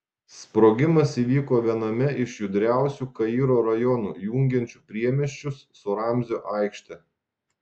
sprogimas įvyko viename iš judriausių kairo rajonų jungiančių priemiesčius su ramzio aikšte